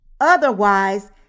Otherwise